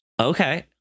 Okay